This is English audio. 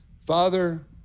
Father